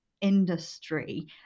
industry